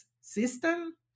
system